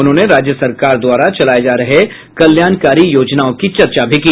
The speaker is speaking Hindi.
उन्होंने राज्य सरकार द्वारा चलाये जा रहे कल्याणकारी योजनाओं की चर्चा भी की